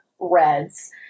reds